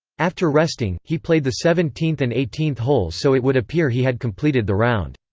after resting, he played the seventeenth and eighteenth holes so it would appear he had completed the round.